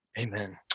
amen